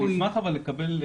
אשמח לקבל,